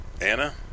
Anna